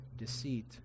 deceit